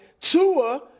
Tua